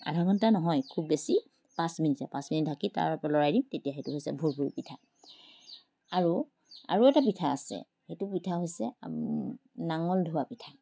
আধা ঘণ্টা নহয় খুব বেছি পাঁচ মিনিট হে পাঁচ মিনিট ঢাকি তাৰ আকৌ লৰাই দি তেতিয়া সেইটো বস্তু ভুৰভুৰি পিঠা আৰু আৰু এটা পিঠা আছে সেইটো পিঠা হৈছে নাঙল ধোৱা পিঠা